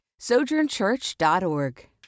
sojournchurch.org